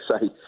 say